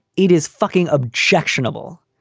it is fucking objectionable.